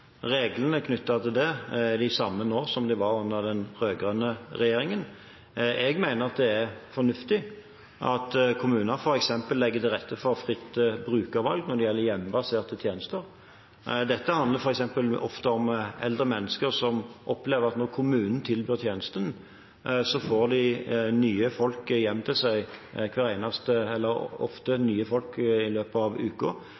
Reglene for dette er de samme nå som under den rød-grønne regjeringen. Jeg mener det er fornuftig at kommuner f.eks. legger til rette for fritt brukervalg når det gjelder hjemmebaserte tjenester. Dette handler f.eks. ofte om eldre mennesker som opplever at når kommunen tilbyr tjenesten, får de ofte nye folk hjem til seg i løpet av uken. Det skaper uro. Det skaper lite sammenheng i